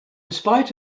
spite